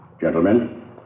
Gentlemen